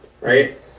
right